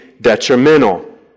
detrimental